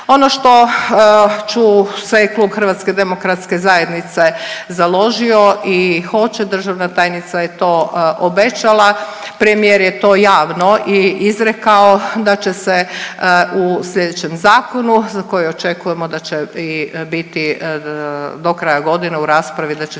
Ono što ću se je Klub HDZ-a založio i hoće državna tajnica je to obećala premijer je to javno i izrekao da će se u slijedećem zakonu za koji očekujemo da će i biti do kraja godine u raspravi, da će